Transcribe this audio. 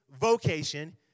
vocation